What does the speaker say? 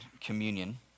communion